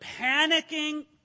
panicking